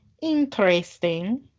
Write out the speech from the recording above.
Interesting